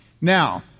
Now